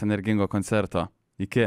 energingo koncerto iki